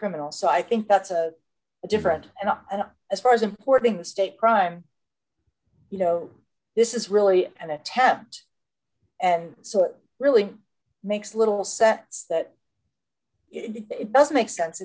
criminal so i think that's a different enough and as far as importing the state crime you know this is really an attempt and so it really makes little sense that it doesn't make sense